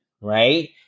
right